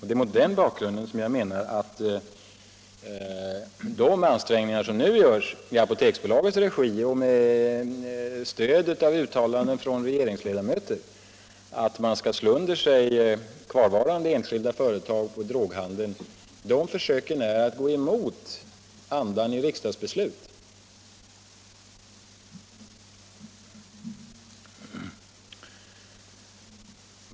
Det är mot den bakgrunden som jag menar att de ansträngningar som nu görs i Apoteksbolaget regi — och med stöd av uttalanden av regeringsledamöter — att slå under sig kvarvarande enskilda företag på droghandelns område är försök att gå emot andan i riksdagsbeslutet.